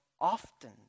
often